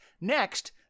Next